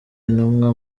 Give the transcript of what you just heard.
intumwa